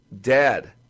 dead